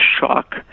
shock